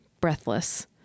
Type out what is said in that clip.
breathless